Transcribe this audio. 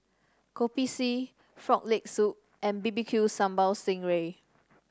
Kopi C Frog Leg Soup and B B Q Sambal Sting Ray